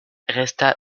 resta